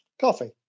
coffee